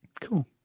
Cool